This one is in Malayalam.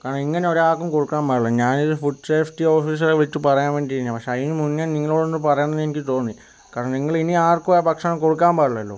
കാരണം ഇങ്ങനെ ഒരാക്കും കൊടുക്കാൻ പാടില്ല ഞാനൊരു ഫുഡ് സേഫ്റ്റി ഓഫീസറെ വിട്ട് പറയാൻ വേണ്ടി ഇരുന്നതാണ് പക്ഷെ അതിനുമുന്നെ നിങ്ങളോടൊന്ന് പറയണന്ന് എനിക്ക് തോന്നി കാരണം നിങ്ങളിനി ആർക്കും ആ ഭക്ഷണം കൊടുക്കാൻ പാടില്ലല്ലോ